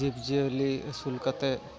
ᱡᱤᱵᱽᱼᱡᱤᱭᱟᱹᱞᱤ ᱟᱹᱥᱩᱞ ᱠᱟᱛᱮᱫ